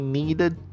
needed